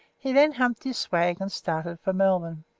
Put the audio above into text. he then humped his swag and started for melbourne.